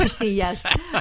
Yes